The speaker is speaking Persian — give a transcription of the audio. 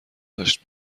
داشت